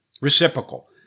reciprocal